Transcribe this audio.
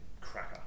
cracker